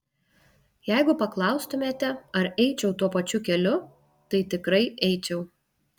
jeigu paklaustumėte ar eičiau tuo pačiu keliu tai tikrai eičiau